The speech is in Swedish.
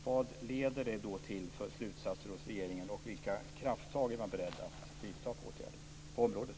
Vad leder det till för slutsatser hos regeringen, och vilka krafttag är man beredd att vidta på området?